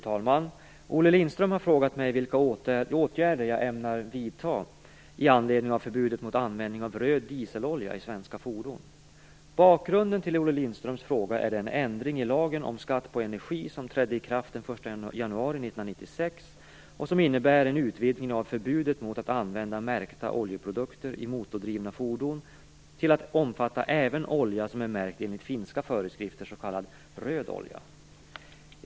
Fru talman! Olle Lindström har frågat mig vilka åtgärder jag ämnar vidta i anledning av förbudet mot användning av röd dieselolja i svenska fordon. Bakgrunden till Olle Lindströms fråga är den ändring i lagen, 1994:1776, om skatt på energi, som trädde i kraft den 1 januari 1996 och som innebär en utvidgning av förbudet mot att använda märkta oljeprodukter i motordrivna fordon till att omfatta även olja som är märkt enligt finska föreskrifter, s.k. röd olja.